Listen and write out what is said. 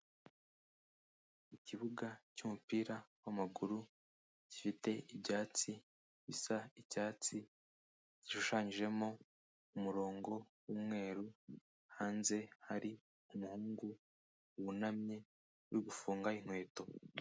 Ikibuga cy'umupira wamaguru gifite ibyatsi bisa icyatsi, gishushanyijemo umurongo w'umweru, hanze hari umuhungu wunamye, uri gufunga inkweto.